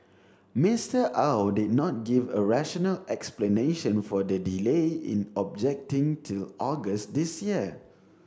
Mister Au did not give a rational explanation for the delay in objecting till August this year